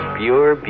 pure